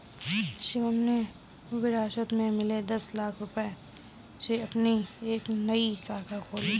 शिवम ने विरासत में मिले दस लाख रूपए से अपनी एक नई शाखा खोली